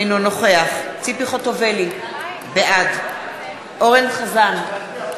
אינו נוכח ציפי חוטובלי, בעד אורן אסף חזן,